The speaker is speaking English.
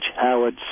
Howard